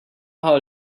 how